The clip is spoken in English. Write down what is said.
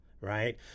right